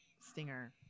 stinger